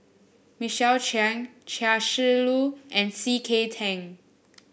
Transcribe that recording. Michael Chiang Chia Shi Lu and C K Tang